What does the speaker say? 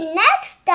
next